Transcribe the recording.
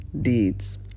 deeds